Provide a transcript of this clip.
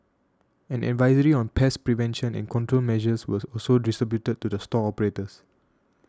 an advisory on pest prevention and control measures was also distributed to the store operators